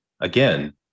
again